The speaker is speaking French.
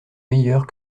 meilleurs